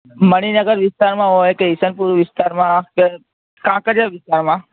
મણીનગર વિસ્તારમાં હોય કે ઇસનપુર વિસ્તારમાં કે કાંકરિયા વિસ્તારમાં